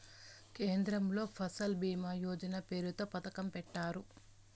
కేంద్రంలో ఫసల్ భీమా యోజన పేరుతో పథకం పెట్టారు